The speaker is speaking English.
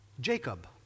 Jacob